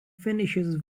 finishes